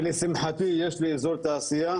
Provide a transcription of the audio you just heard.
ולשמחתי יש לי אזור תעשייה